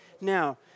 Now